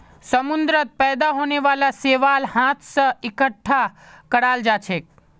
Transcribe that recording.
समुंदरत पैदा होने वाला शैवाल हाथ स इकट्ठा कराल जाछेक